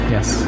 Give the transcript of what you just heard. Yes